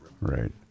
Right